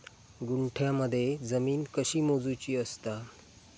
गुंठयामध्ये जमीन कशी मोजूची असता?